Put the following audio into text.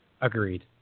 Agreed